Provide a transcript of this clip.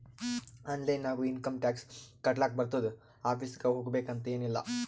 online ನಾಗು income tax ಕಟ್ಲಾಕ್ ಬರ್ತುದ್ ಆಫೀಸ್ಗ ಹೋಗ್ಬೇಕ್ ಅಂತ್ ಎನ್ ಇಲ್ಲ